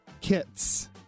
kits